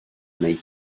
neu